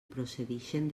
procedixen